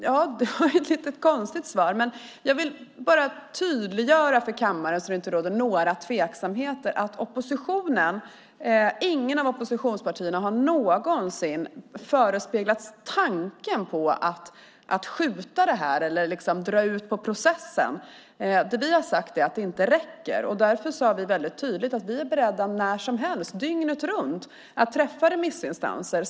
Herr talman! Det var ett lite konstigt svar. Jag vill bara tydliggöra för kammaren, så att det inte råder några tveksamheter, att inget av oppositionspartierna någonsin har haft en tanke på att dra ut på processen. Det vi har sagt är att det inte räcker att höra tre remissinstanser och att vi därför är beredda att när som helst på dygnet träffa remissinstanser.